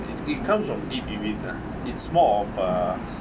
it comes from deep within ah it's more of uh